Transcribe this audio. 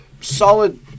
Solid